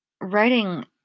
Writing